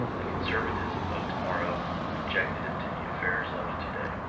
the conservatism of to-morrow injected into the affairs of to-day.